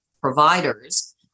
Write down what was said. providers